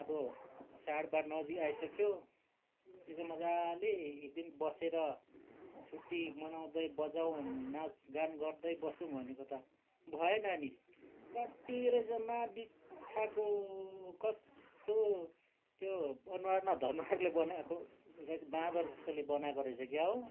अब चाडबाड नजिक आइसक्यो यसो मज्जाले एकदिन बसेर छुट्टी मनाउँदै बजाउँ नाचगान गर्दै बसौँ भनेको त भएन नि रड्डी रहेछ महाबित्थाको कस्तो त्यो अनुहार न धनुहारले बनाएको बाँदर जस्तोले बनाएको रहेछ क्या हो